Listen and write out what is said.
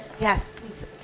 Yes